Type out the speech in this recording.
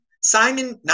Simon –